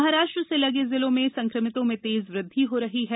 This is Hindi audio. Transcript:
महाराष्ट्र से लगे जिलों में संक्रमितों में तेज वृद्धि हो रही है